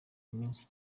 iminsi